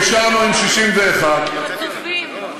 נשארנו עם 61, חצופים.